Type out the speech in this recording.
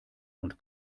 und